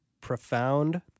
profound